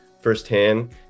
firsthand